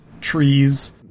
trees